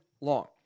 long